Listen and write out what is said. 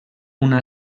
una